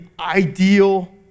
ideal